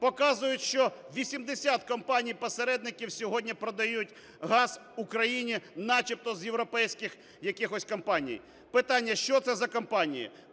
показують, що 80 компаній посередників сьогодні продають газ Україні начебто з європейських якихось компаній. Питання: що це за компанії?